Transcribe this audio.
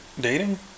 dating